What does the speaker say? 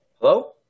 Hello